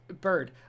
bird